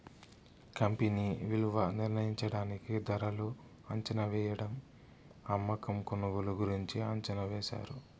company విలువ నిర్ణయించడానికి ధరలు అంచనావేయడం అమ్మకం కొనుగోలు గురించి అంచనా వేశారు